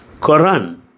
Quran